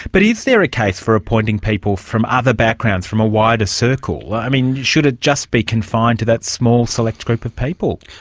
but is there a case for appointing people from other backgrounds, from a wider circle? yeah circle? should it just be confined to that small select group of people?